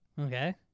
Okay